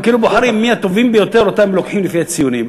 הם כאילו בוחרים מי הטובים ביותר ואותם הם לוקחים לפי הציונים.